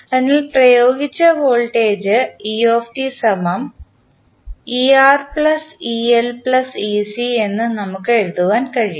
അതിനാൽ പ്രയോഗിച്ച വോൾട്ടേജ്എന്ന് നമുക്ക് എഴുതാൻ കഴിയും